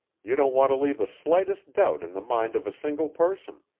you don't want to leave the slightest doubt in the mind of a single person.